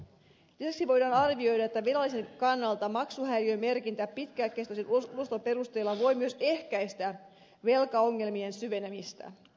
lisäksi voidaan arvioida että velallisen kannalta maksuhäiriömerkintä pitkäkestoisen ulosoton perusteella voi myös ehkäistä velkaongelmien syvenemistä